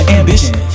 ambition